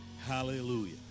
Hallelujah